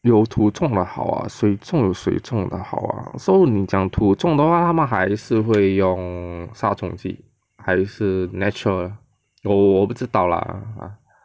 有土中的好 lah 水种有水种的好 lah so 你讲土种的话他们还是会用 mm 杀虫剂还是 natural 我不知道 lah